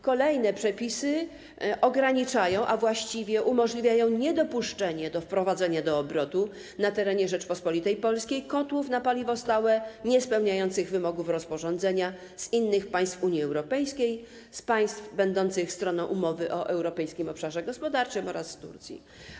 Kolejne przepisy ograniczają, a właściwie umożliwiają niedopuszczenie do wprowadzenia do obrotu na terenie Rzeczypospolitej Polskiej kotłów na paliwo stałe niespełniających wymogów rozporządzenia z innych państw Unii Europejskiej, z państw będących stroną umowy o Europejskim Obszarze Gospodarczym oraz Turcji.